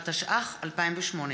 התשע"ח 2018,